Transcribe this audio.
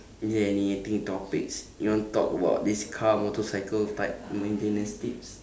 is there any other topics you want to talk about this car motorcycle type maintenance tips